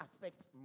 affects